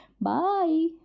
bye